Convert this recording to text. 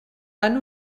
han